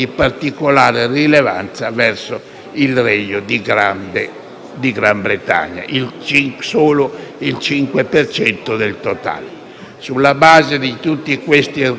rilevanza, essendo solo il 5 per cento del totale. Sulla base di tutti questi argomenti, confermando l'augurio che si vada ad un'uscita